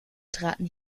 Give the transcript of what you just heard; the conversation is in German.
traten